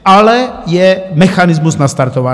Ale mechanismus je nastartován.